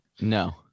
No